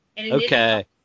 Okay